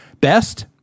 best